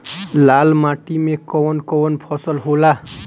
लाल माटी मे कवन कवन फसल होला?